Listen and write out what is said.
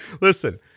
Listen